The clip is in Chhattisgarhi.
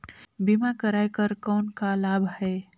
बीमा कराय कर कौन का लाभ है?